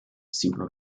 super